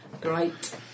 Great